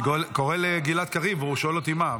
אני קורא לגלעד קריב, והוא שואל אותי מה.